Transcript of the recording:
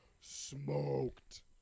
smoked